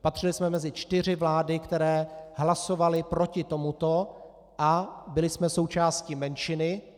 Patřili jsme mezi čtyři vlády, které hlasovaly proti tomuto, a byli jsme součástí menšiny.